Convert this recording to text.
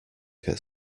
get